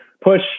push